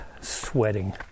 sweating